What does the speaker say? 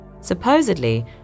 Supposedly